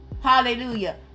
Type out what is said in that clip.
Hallelujah